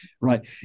Right